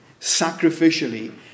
Sacrificially